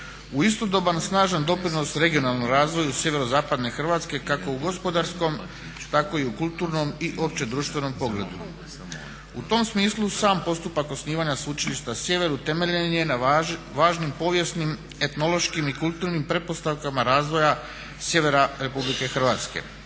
u istodoban snažan doprinos regionalnom razvoju sjeverozapadne Hrvatske kako u gospodarskom tako i u kulturnom i opće društvenom pogledu. U tom smislu sam postupak osnivanja Sveučilišta Sjever utemeljen je na važnim povijesnim etnološkim i kulturnim pretpostavkama razvoja sjevera RH.